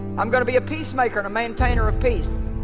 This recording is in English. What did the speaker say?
i'm gonna be a peacemaker and a maintainer of peace